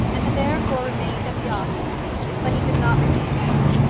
and had therefore remained at the office but he could not remain now.